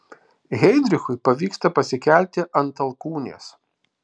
heidrichui pavyksta pasikelti ant alkūnės